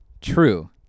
True